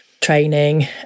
training